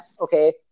okay